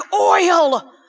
oil